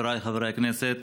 חבריי חברי הכנסת,